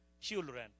children